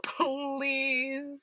Please